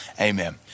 amen